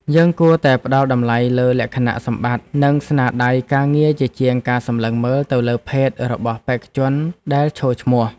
យើងគួរតែផ្តល់តម្លៃលើលក្ខណៈសម្បត្តិ និងស្នាដៃការងារជាជាងការសម្លឹងមើលទៅលើភេទរបស់បេក្ខជនដែលឈរឈ្មោះ។